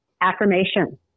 affirmation